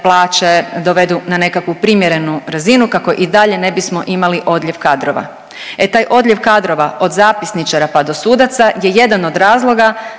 plaće dovedu na nekakvu primjerenu razinu kako i dalje ne bismo imali odljev kadrova. E taj odljev kadrova od zapisničara pa do sudaca je jedan od razloga